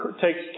takes